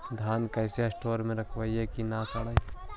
धान कैसे स्टोर करवई कि न सड़ै?